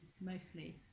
mostly